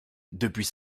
depuis